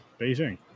Beijing